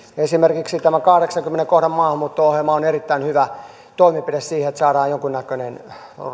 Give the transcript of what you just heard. esimerkiksi tämä kahdeksannenkymmenennen kohdan maahanmuutto ohjelma on erittäin hyvä toimenpide siihen että saadaan jonkunnäköinen